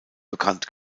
bekannt